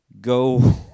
go